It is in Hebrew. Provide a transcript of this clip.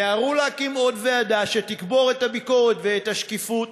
הם מיהרו להקים עוד ועדה שתקבור את הביקורת ואת השקיפות